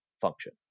function